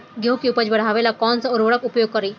गेहूँ के उपज बढ़ावेला कौन सा उर्वरक उपयोग करीं?